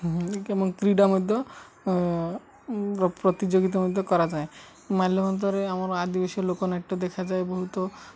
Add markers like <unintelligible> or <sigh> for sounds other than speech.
<unintelligible> ମନ୍ତ୍ରୀ ଟା ମଧ୍ୟ ପ୍ରତିଯୋଗିତା ମଧ୍ୟ କରାଯାଏ ମାଲ୍ୟବନ୍ତରେ ଆମର ଆଦିବାସୀ ଲୋକନାଟ୍ୟ ଦେଖାଯାଏ ବହୁତ